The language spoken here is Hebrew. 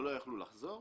ולא יכלו לחזור.